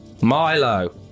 Milo